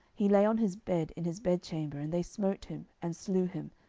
he lay on his bed in his bedchamber, and they smote him, and slew him,